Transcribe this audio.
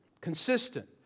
Consistent